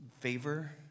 favor